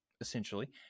essentially